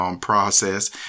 process